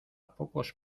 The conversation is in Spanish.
pocos